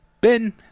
Ben